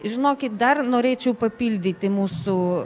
žinokit dar norėčiau papildyti mūsų